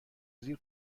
زیر